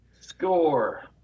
Score